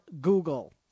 Google